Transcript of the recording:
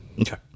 Okay